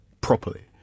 properly